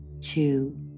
two